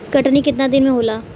कटनी केतना दिन में होला?